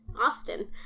Austin